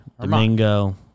Domingo